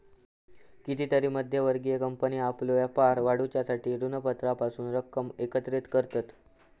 कितीतरी मध्यम वर्गीय कंपनी आपलो व्यापार वाढवूसाठी ऋणपत्रांपासून रक्कम एकत्रित करतत